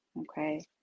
okay